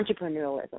entrepreneurialism